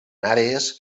àrees